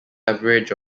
average